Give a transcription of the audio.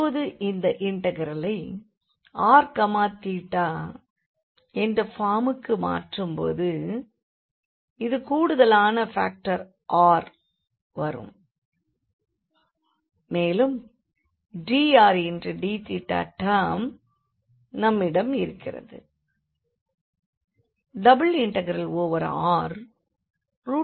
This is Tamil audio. இப்போது அந்த இண்டெக்ரலை r θ என்ற ஃபார்முக்கு மாற்றும் போது இந்த கூடுதலான ஃபாக்டர் r வரும்